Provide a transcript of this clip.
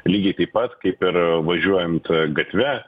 lygiai taip pat kaip ir važiuojant gatve